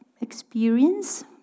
experience